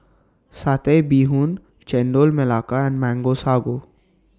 Satay Bee Hoon Chendol Melaka and Mango Sago